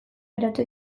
beratu